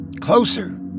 Closer